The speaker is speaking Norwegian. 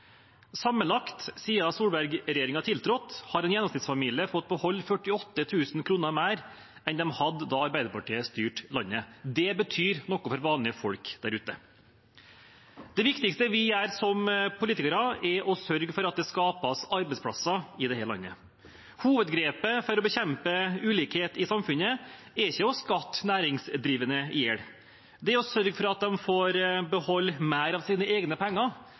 Sammenlagt siden Solberg-regjeringen tiltrådte, har en gjennomsnittsfamilie fått beholde 48 000 kr mer enn de hadde da Arbeiderpartiet styrte landet. Det betyr noen for vanlige folk der ute. Det viktigste vi gjør som politikere, er å sørge for at det skapes arbeidsplasser i dette landet. Hovedgrepet for å bekjempe ulikhet i samfunnet er ikke å skatte næringsdrivende i hjel. Det er å sørge for at de får beholde mer av sine egne penger,